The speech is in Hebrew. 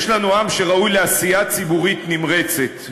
יש לנו עם שראוי לעשייה ציבורית נמרצת,